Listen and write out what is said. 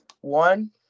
One